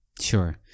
Sure